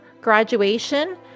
graduation